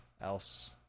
else